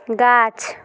गाछ